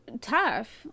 tough